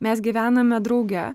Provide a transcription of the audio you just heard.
mes gyvename drauge